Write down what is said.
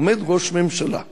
עומד ראש ממשלה שלנו,